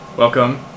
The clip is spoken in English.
Welcome